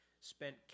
spent